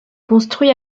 construit